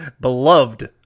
beloved